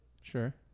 Sure